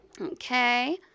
Okay